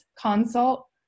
consult